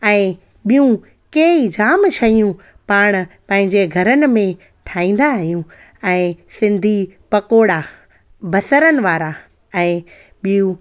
ऐं ॿियूं कई जाम शयूं पाण पंहिंजे घरन में ठाहींदा आहियूं ऐं सिंधी पकौड़ा बसरनि वारा ऐं ॿियूं